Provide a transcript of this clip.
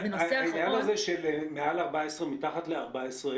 הנושא הזה של מעל גיל 14 או מתחת לגיל14,